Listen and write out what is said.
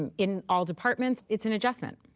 and in all departments. it's an adjustment.